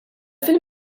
fil